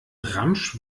ramsch